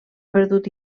perdut